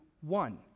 one